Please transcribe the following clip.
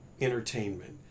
entertainment